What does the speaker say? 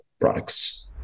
products